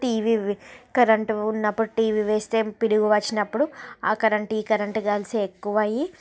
TV వే current ఉన్నప్పుడు TV వేస్తె పిడుగు వచ్చినప్పడు ఆ కరెంట్ ఈ కరెంట్ కలిసి ఎక్కువయ్యి